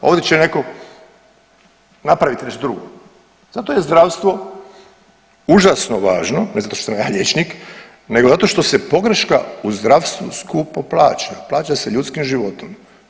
Ovdje će netko napraviti nešto drugo, zato je zdravstvo užasno važno, ne zato što sam ja liječnik nego zato što se pogreška u zdravstvu skupo plaća, plaća se ljudskim životom.